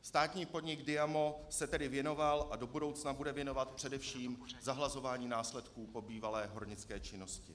Státní podnik Diamo se tedy věnoval a do budoucna bude věnovat především zahlazování následků po bývalé hornické činnosti.